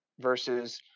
versus